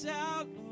out